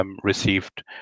received